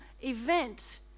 event